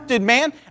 man